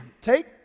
Take